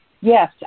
Yes